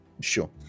Sure